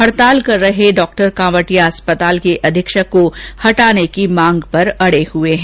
हड़ताल कर रहे डॉक्टर कांवटिया अस्पताल के अधीक्षक को हटाने की मांग पर अडे हुए है